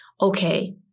Okay